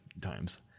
times